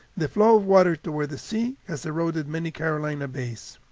the flow of water toward the sea has eroded many carolina bays.